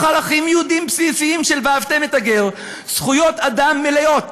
ערכים יהודיים בסיסיים של "ואהבתם את הגר" זכויות אדם מלאות